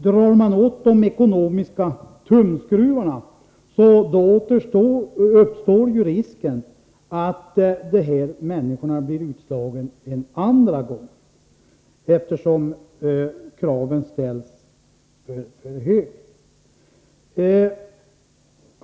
Drar man åt de ekonomiska tumskruvarna uppstår risken att de här människorna blir utslagna en andra gång, eftersom kraven ställs för högt!